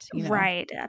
Right